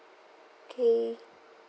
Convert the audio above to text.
K